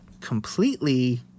completely